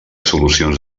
solucions